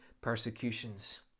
persecutions